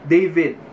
David